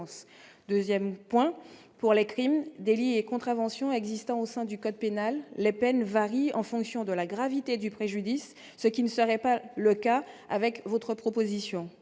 2ème point pour les crimes et délits et contraventions existant au sein du code pénal, les peines varient en fonction de la gravité du préjudice, ce qui ne serait pas le cas avec votre proposition